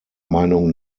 meinung